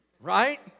Right